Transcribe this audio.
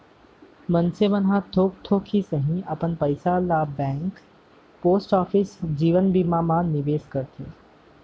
मनसे मन ह थोक थोक ही सही अपन पइसा ल बेंक, पोस्ट ऑफिस, जीवन बीमा मन म निवेस करत हे